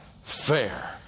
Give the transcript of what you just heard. fair